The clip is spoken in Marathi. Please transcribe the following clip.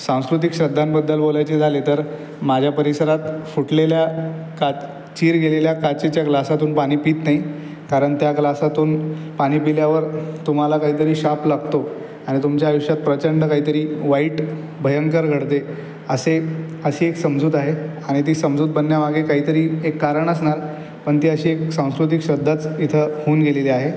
सांस्कृतिक श्रद्धांबद्दल बोलायचे झाले तर माझ्या परिसरात फुटलेल्या काच् चीर गेलेल्या काचेच्या ग्लासातून पाणी पीत नाही कारण त्या ग्लासातून पाणी पिल्यावर तुम्हाला काहीतरी शाप लागतो आणि तुमच्या आयुष्यात प्रचंड काहीतरी वाईट भयंकर घडते असे अशी एक समजूत आहे आणि ती समजूत बनण्यामागे काहीतरी एक कारण असणार पण ती अशी एक सांस्कृतिक श्रद्धाच इथं होऊन गेलेली आहे